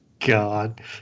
god